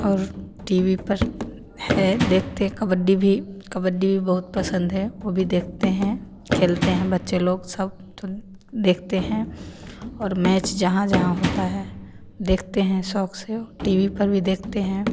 और T V पर हैं देखते कबड्डी भी कबड्डी भी बहुत पसंद है वो भी देखते हैं खेलते हैं बच्चे लोग सब तो देखते हैं और मैच जहाँ जहाँ होता है देखते हैं शौक़ से टी वी पर भी देखते हैं